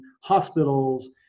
hospitals